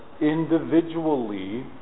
individually